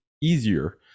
easier